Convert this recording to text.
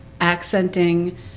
accenting